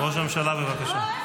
ראש הממשלה, בבקשה.